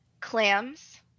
clams